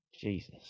Jesus